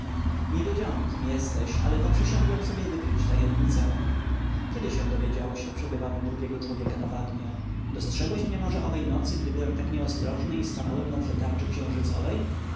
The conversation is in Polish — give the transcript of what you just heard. nie wiedziałem kim jesteś ale poprzysiągłem sobie wykryć tajemnicę kiedy się dowiedziałeś o przebywaniu drugiego człowieka na bagnie dostrzegłeś mnie może owej nocy gdy byłem tak nieostrożny i stanąłem na tle tarczy